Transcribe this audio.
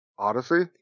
Odyssey